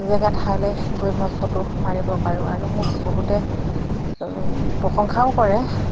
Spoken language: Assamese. জেগা ঠাইলৈ গৈ মই ফটো মাৰিব পাৰোঁ আৰু মোক বহুতে প্ৰশংসাও কৰে